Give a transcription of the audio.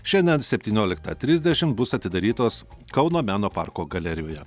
šiandien septynioliktą trisdešimt bus atidarytos kauno meno parko galerijoje